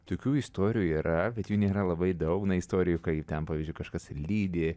tokių istorijų yra bet jų nėra labai daug istorijų kai ten pavyzdžiui kažkas lydi